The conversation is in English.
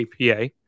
APA